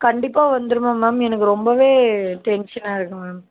கண்டிப்பாக வந்துருமா மேம் எனக்கு ரொம்பவே டென்ஷனாக இருக்கு மேம்